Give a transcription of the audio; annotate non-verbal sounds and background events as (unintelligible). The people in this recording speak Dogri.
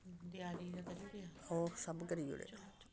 ओ सब (unintelligible)